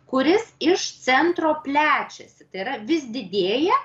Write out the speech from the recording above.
kuris iš centro plečiasi tai yra vis didėja